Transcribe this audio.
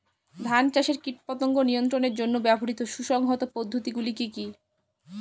ধান চাষে কীটপতঙ্গ নিয়ন্ত্রণের জন্য ব্যবহৃত সুসংহত পদ্ধতিগুলি কি কি?